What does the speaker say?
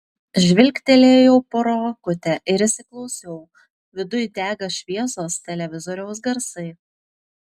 žvilgtelėjau pro akutę ir įsiklausiau viduj dega šviesos televizoriaus garsai